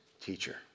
teacher